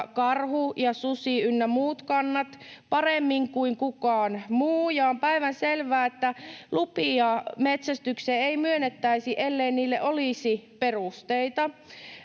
karhu- ja susi- ynnä muut kannat paremmin kuin kukaan muu. Ja on päivänselvää, että lupia metsästykseen ei myönnettäisi, ellei niille olisi perusteita.